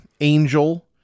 Angel